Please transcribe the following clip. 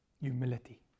Humility